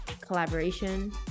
collaboration